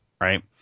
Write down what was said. right